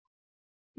professor V